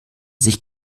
sich